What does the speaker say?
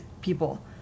people